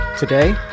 Today